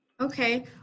Okay